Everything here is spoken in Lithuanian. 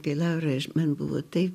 tai laura man buvo taip